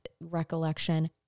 recollection